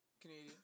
Canadian